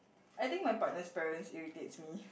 I think my partner parents irritates me